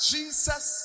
Jesus